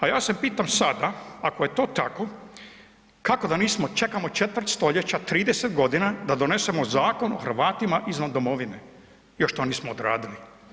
A ja se pitam sada, ako je to tako, kako da nismo, čekamo četvrt stoljeća, 30.g. da donesemo Zakon o Hrvatima izvan domovine, još to nismo odradili.